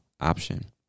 option